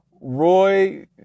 Roy